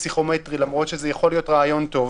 בפסיכומטרי למרות שזה יכול להיות רעיון טוב,